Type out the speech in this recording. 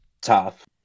tough